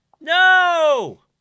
No